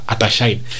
Atashine